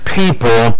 people